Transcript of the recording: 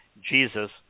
Jesus